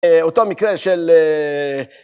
אותו מקרה של...